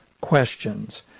questions